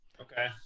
Okay